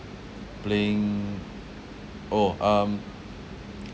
playing orh um